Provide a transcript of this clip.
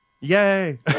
Yay